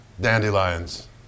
dandelions